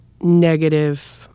negative